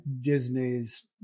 Disney's